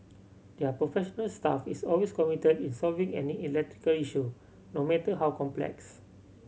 their professional staff is always committed in solving any electrical issue no matter how complex